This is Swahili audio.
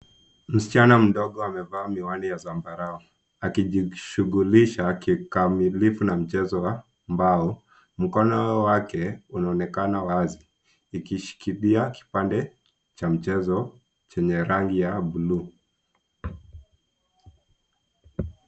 Msichana mdogo amevaa miwani ya zambarau akijishughulisha kikamilifu na michezo wa mbao. Mkono wake unaonekana wazi, ikishikilia kipande cha michezo chenye rangi ya buluu.